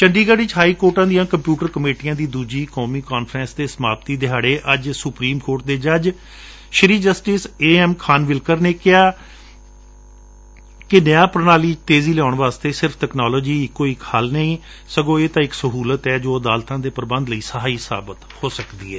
ਚੰਡੀਗੜ ਚ ਹਾਈਕੋਰਟਾਂ ਦੀਆਂ ਕੰਪਿਉਟਰ ਕਮੇਟੀਆਂ ਦੀ ਦੁਜੀ ਕੌਮੀ ਕਾਨਫਰੰਸ ਦੇ ਸਮਾਮਤੀ ਦਿਹਾੜੇ ਅੱਜ ਸੁਪਰੀਮ ਕੋਰਟ ਦੇ ਜੱਜ ਜਸਟਿਸ ਏ ਐਮ ਖਾਨਵਿਲਕਰ ਨੇ ਕਿਹਾ ਕਿ ਨਿਆ ਪ੍ਰਣਾਲੀ ਵਿਚ ਤੇਜੀ ਲਿਆਉਣ ਵਾਸਤੇ ਸਿਰਫ ਤਕਨਾਲੋਜੀ ਹੀ ਇਕੋ ਇਕ ਹੱਲ ਨਹੀ ਏ ਸਗੋ ਇਹ ਤਾ ਇਕ ਸਹੁਲਤ ਏ ਜੋ ਅਦਾਲਤਾ ਦੇ ਪੁਬੰਧ ਲਈ ਸਹਾਈ ਸਾਬਤ ਹੋ ਸਕਦੀ ਏ